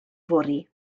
fory